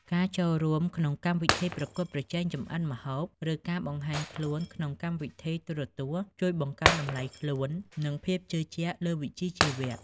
ការចូលរួមក្នុងកម្មវិធីប្រកួតប្រជែងចម្អិនម្ហូប ឬការបង្ហាញខ្លួនក្នុងកម្មវិធីទូរទស្សន៍ ជួយបង្កើនតម្លៃខ្លួន និងភាពជឿជាក់លើវិជ្ជាជីវៈ។